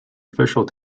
official